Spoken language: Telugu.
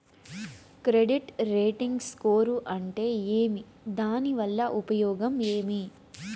క్రెడిట్ రేటింగ్ స్కోరు అంటే ఏమి దాని వల్ల ఉపయోగం ఏమి?